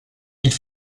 ils